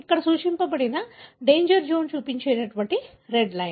ఇక్కడ సూచించబడిన danger zone చూపించే రెడ్ లైన్